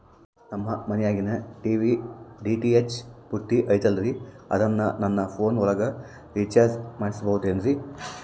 ನಮ್ಮ ಮನಿಯಾಗಿನ TV DTH ಪುಟ್ಟಿ ಐತಲ್ರೇ ಅದನ್ನ ನನ್ನ ಪೋನ್ ಒಳಗ ರೇಚಾರ್ಜ ಮಾಡಸಿಬಹುದೇನ್ರಿ?